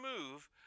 move